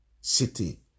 city